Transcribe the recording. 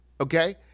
okay